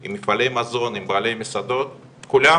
עם מפעלי מזון, עם בעלי מסעדות, כולם